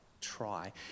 try